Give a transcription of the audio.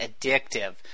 addictive